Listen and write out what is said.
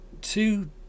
two